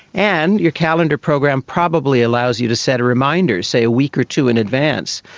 and your calendar program probably allows you to set a reminder, say a week or two in advance.